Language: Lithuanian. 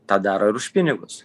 tą daro ir už pinigus